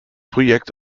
projekt